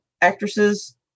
actresses